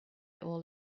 all